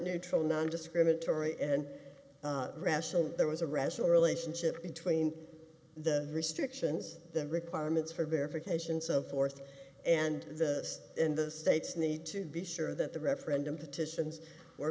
neutral nondiscriminatory and rational there was a rational relationship between the restrictions the requirements for verification so forth and the us in the states need to be sure that the referendum petitions